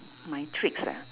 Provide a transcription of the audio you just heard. my tricks ah